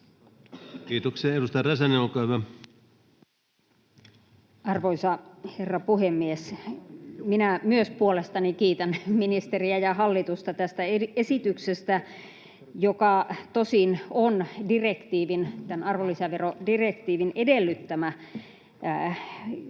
Kiitoksia. — Edustaja Räsänen, olkaa hyvä. Arvoisa herra puhemies! Minä myös puolestani kiitän ministeriä ja hallitusta tästä esityksestä, jota tosin arvonlisäverodirektiivi edellyttää tuotavaksi